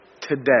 today